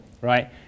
right